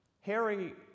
Harry